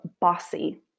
bossy